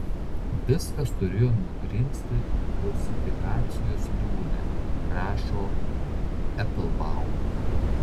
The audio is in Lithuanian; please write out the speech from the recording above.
viskas turėjo nugrimzti rusifikacijos liūne rašo eplbaum